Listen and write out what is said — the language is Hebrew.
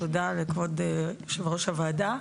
תודה לכבוד יושב-ראש הוועדה.